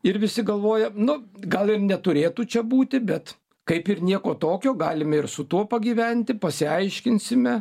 ir visi galvoja nu gal ir neturėtų čia būti bet kaip ir nieko tokio galime ir su tuo pagyventi pasiaiškinsime